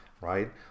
right